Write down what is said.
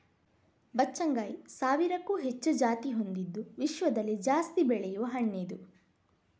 ಬಚ್ಚಗಾಂಯಿ ಸಾವಿರಕ್ಕೂ ಹೆಚ್ಚು ಜಾತಿ ಹೊಂದಿದ್ದು ವಿಶ್ವದಲ್ಲಿ ಜಾಸ್ತಿ ಬೆಳೆಯುವ ಹಣ್ಣಿದು